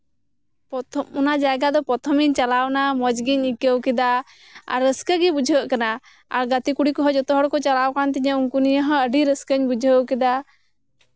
ᱯᱨᱚᱛᱷᱚᱢ ᱚᱱᱟ ᱡᱟᱭᱜᱟ ᱫᱚ ᱯᱨᱚᱛᱷᱚᱢᱤᱧ ᱪᱟᱞᱟᱣᱱᱟ ᱢᱚᱸᱡᱜᱤᱧ ᱟᱹᱭᱠᱟᱹᱣ ᱠᱮᱫᱟ ᱟᱨ ᱨᱟᱹᱥᱠᱟᱹ ᱜᱮ ᱵᱩᱡᱷᱟᱹᱜ ᱠᱟᱱᱟ ᱟᱨ ᱜᱟᱛᱮ ᱠᱩᱲᱤ ᱦᱚᱸ ᱡᱷᱚᱛᱚ ᱦᱚᱲ ᱜᱮᱠᱚ ᱪᱟᱞᱟᱣ ᱠᱟᱱ ᱛᱤᱧᱟᱹ ᱩᱱᱠᱩ ᱱᱤᱭᱟᱹ ᱦᱚᱸ ᱟᱰᱤ ᱨᱟᱹᱥᱠᱟᱹᱧ ᱵᱩᱡᱷᱟᱹᱣ ᱠᱮᱫᱟ